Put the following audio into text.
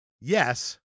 Yes